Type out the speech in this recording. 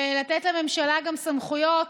ולתת לממשלה גם סמכויות